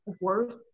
worth